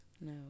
No